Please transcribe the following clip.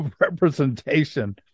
representation